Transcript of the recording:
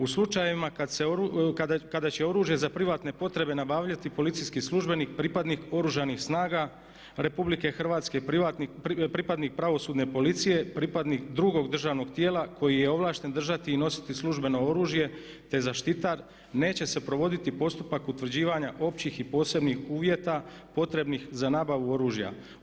U slučajevima kad će oružje za privatne potrebe nabavljati policijski službenik, pripadnik Oružanih snaga RH, pripadnik Pravosudne policije, pripadnik drugog državnog tijela koji je ovlašten držati i nositi službeno oružje, te zaštitar neće se provoditi postupak utvrđivanja općih i posebnih uvjeta potrebnih za nabavu oružja.